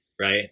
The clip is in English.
right